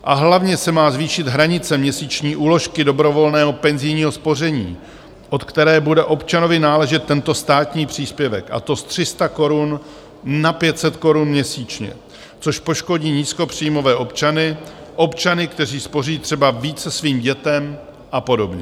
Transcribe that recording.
A hlavně se má zvýšit hranice měsíční úložky dobrovolného penzijního spoření, od které bude občanovi náležet tento státní příspěvek, a to z 300 korun na 500 korun měsíčně, což poškodí nízkopříjmové občany, občany, kteří spoří třeba více svým dětem, a podobně.